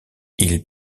ils